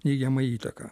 neigiamą įtaką